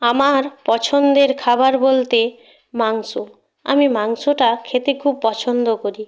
আমার পছন্দের খাবার বলতে মাংস আমি মাংসটা খেতে খুব পছন্দ করি